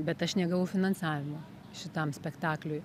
bet aš negavau finansavimo šitam spektakliui